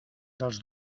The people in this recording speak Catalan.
dels